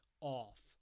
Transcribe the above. off